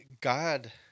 God